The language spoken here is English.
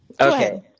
Okay